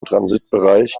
transitbereich